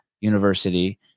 university